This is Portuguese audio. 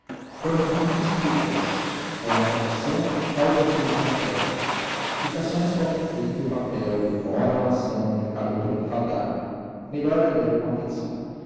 quando muito explico as com a condição de que tal costume não pegue explicações comem tempo e papel demoram a ação e acabam por enfadar o melhor é ler com atenção